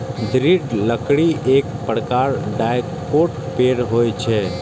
दृढ़ लकड़ी एक प्रकारक डाइकोट पेड़ होइ छै